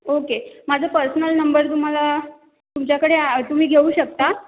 okay माझं personal number तुम्हाला तुमच्याकडे आ तुम्ही घेऊ शकता